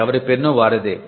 ఎవరి పెన్ను వారిదే